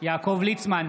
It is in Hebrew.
יעקב ליצמן,